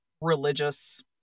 religious